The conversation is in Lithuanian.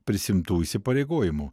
prisiimtų įsipareigojimų